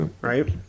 Right